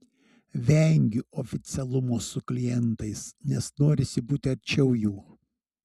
vengiu oficialumo su klientais nes norisi būti arčiau jų